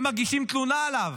הם מגישים תלונה עליו.